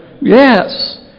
Yes